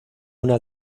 una